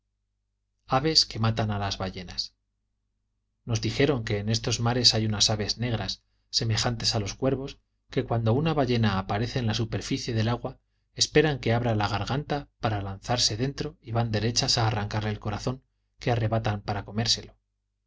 aves que matan a las ballenas nos dijeron que en estos mares hay unas aves negras semejantes a los cuervos que cuando una ballena aparece en la superficie del agua esperan que abra la garganta para lanzarse dentro y van derechas a arrancarle el corazón que arrebatan para comérselo